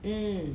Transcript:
mm